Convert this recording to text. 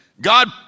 God